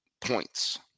points